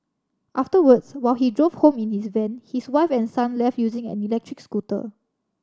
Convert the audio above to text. afterwards while he drove home in his van his wife and son left using an electric scooter